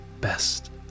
best